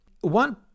one